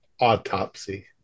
autopsy